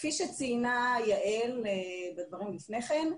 כפי שציינה יעל בדברים לפני כן,